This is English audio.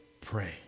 pray